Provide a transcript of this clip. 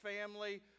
family